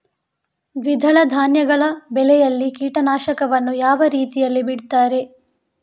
ದ್ವಿದಳ ಧಾನ್ಯಗಳ ಬೆಳೆಯಲ್ಲಿ ಕೀಟನಾಶಕವನ್ನು ಯಾವ ರೀತಿಯಲ್ಲಿ ಬಿಡ್ತಾರೆ?